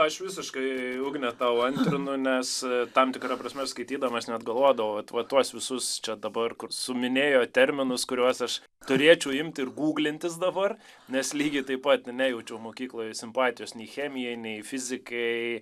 aš visiškai ugnė tau antrino nes tam tikra prasme skaitydamas net galvodavau atmatuos visus čia dabar kur suminėjo terminus kuriuos aš turėčiau imti ir gūglintis dabar nes lygiai taip pat nejaučiau mokykloje simpatijos nei chemijai nei fizikai